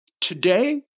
today